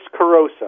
Carosa